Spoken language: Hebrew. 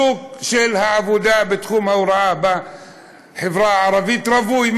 השוק של העבודה בתחום ההוראה בחברה הערבית רווי,